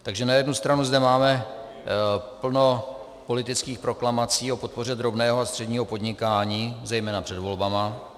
Takže na jednu stranu zde máme plno politických proklamací o podpoře drobného a středního podnikání, zejména před volbami.